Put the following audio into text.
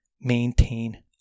maintain